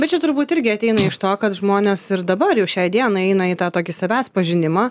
bet čia turbūt irgi ateina iš to kad žmonės ir dabar jau šiai dienai eina į tą tokį savęs pažinimą